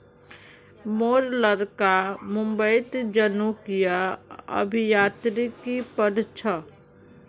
मोर लड़का मुंबईत जनुकीय अभियांत्रिकी पढ़ छ